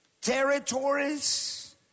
Territories